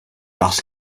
parce